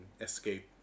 escape